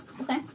Okay